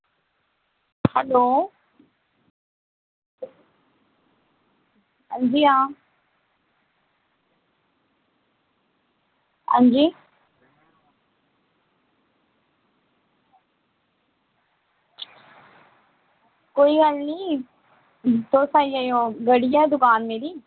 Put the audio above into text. hello हां जी हां हां जी कोई गल्ल निं तुस आई जाएओ गढ़ियै दकान मेरी